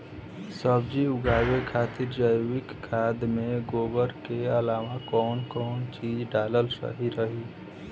सब्जी उगावे खातिर जैविक खाद मे गोबर के अलाव कौन कौन चीज़ डालल सही रही?